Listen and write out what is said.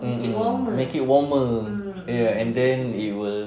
mm make it warmer ya and then it will